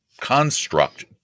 construct